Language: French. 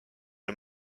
est